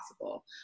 possible